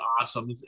awesome